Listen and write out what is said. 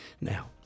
Now